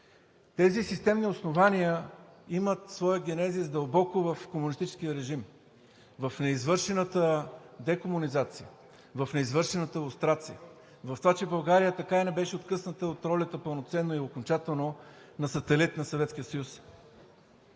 Тези системни основания имат своя генезис дълбоко в комунистическия режим, в неизвършената декомунизация, в неизвършената лустрация, а България така и не беше откъсната пълноценно и окончателно от ролята ѝ